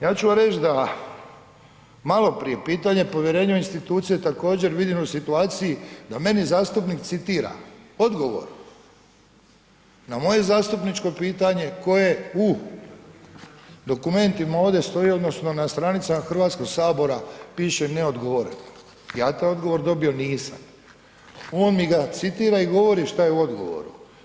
Ja ću vam reći da maloprije pitanje povjerenja u institucije također vidim u situaciji da meni zastupnik citira odgovor na moje zastupničko pitanje koje su dokumentima ovdje stoji odnosno na stranicama Hrvatskog sabora piše neodgovoreno, ja taj odgovor dobio nisam, on mi ga citira i govori šta je u odgovoru.